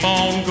on